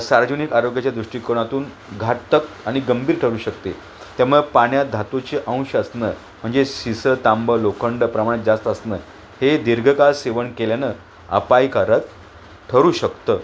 सार्वजनिक आरोग्याच्या दृष्टिकोनातून घातक आणि गंभीर ठरू शकते त्यामुळे पाण्यात धातूचे अंश असणं म्हणजे शिसं तांबं लोखंड प्रमाणात जास्त असणं हे दीर्घकाळ सेवन केल्यानं आपायकारक ठरू शकतं